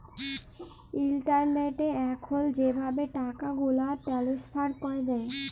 ইলটারলেটে এখল যেভাবে টাকাগুলা টেলেস্ফার ক্যরে